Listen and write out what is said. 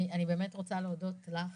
אני באמת רוצה להודות לך,